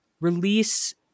release